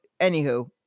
Anywho